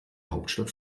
hauptstadt